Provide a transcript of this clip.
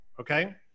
okay